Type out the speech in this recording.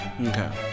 Okay